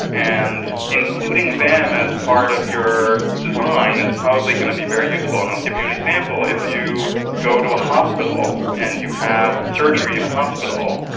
and including them as part of your design is probably going to be very useful. and i'll give you an example. if you go to a hospital and you have surgery in a hospital,